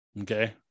Okay